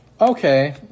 Okay